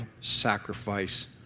sacrifice